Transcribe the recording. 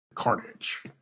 Carnage